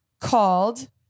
called